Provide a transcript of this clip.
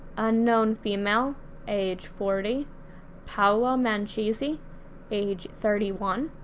unknown female age forty paola manchisi age thirty one,